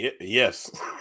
yes